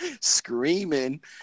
screaming